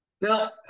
Now